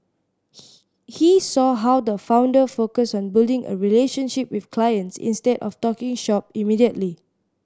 he he saw how the founder focused on building a relationship with clients instead of talking shop immediately